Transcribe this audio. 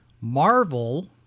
Marvel